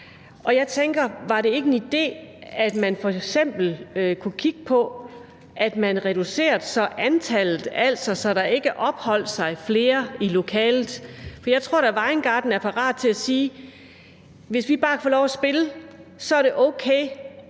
Var det f.eks. ikke en idé at kigge på, at man reducerede antallet, så der ikke opholdt sig så mange i lokalet? For jeg tror da, at Vejen Garden er parat til at sige: Hvis vi bare får lov at spille, så er det okay,